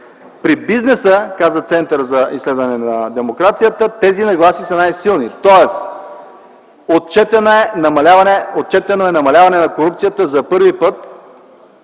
При бизнеса, казва Центърът за изследване на демокрацията, тези нагласи са най-силни, тоест отчетено е намаляване на корупцията за първи път